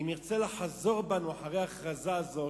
אם נרצה לחזור בנו אחרי ההכרזה הזאת,